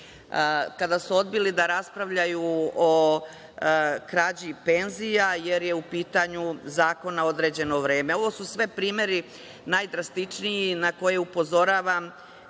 su odbili da raspravljaju o krađi penzija, jer je u pitanju zakon na određeno vreme. Ovo su sve primeri najdrastičniji na koji upozoravam